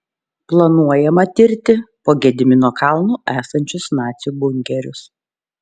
planuojama tirti po gedimino kalnu esančius nacių bunkerius